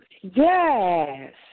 Yes